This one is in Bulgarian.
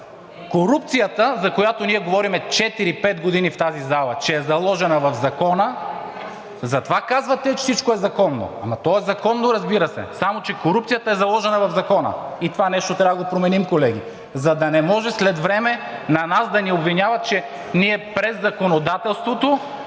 корупцията, за която ние говорим четири-пет години в тази зала, че е заложена в Закона, затова казвате, че всичко е законно. То е законно, разбира се, само че корупцията е заложена в Закона и това нещо трябва да го променим, колеги, за да не може след време нас да ни обвиняват, че ние през законодателството